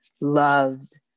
loved